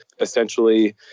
essentially